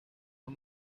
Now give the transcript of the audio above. han